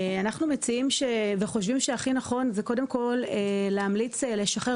אנחנו מציעים וחושבים שהכי נכון זה קודם כל להמליץ לשחרר